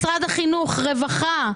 משרד החינוך, משרד הרווחה,